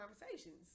conversations